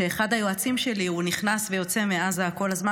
שאחד היועצים שלי נכנס ויוצא מעזה כל הזמן.